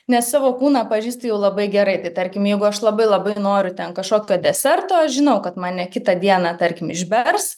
nes savo kūną pažįstu jau labai gerai tarkim jeigu aš labai labai noriu ten kažkokio deserto aš žinau kad mane kitą dieną tarkim išbers